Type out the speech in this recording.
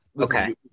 Okay